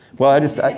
well i just,